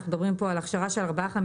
אנחנו מדברים כאן על הכשרה של ארבעה-חמישה